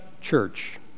church